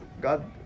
God